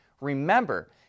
Remember